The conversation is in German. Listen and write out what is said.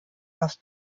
das